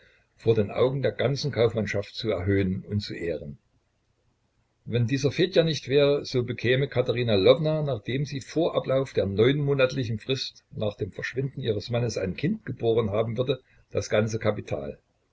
vor den augen der ganzen kaufmannschaft zu erhöhen und zu ehren wenn dieser fedja nicht wäre so bekäme katerina lwowna nachdem sie vor ablauf der neunmonatlichen frist nach dem verschwinden ihres mannes ein kind geboren haben würde das ganze kapital